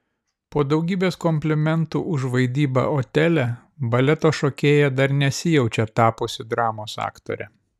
po daugybės komplimentų už vaidybą otele baleto šokėja dar nesijaučia tapusi dramos aktore